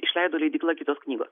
išleido leidykla kitos knygos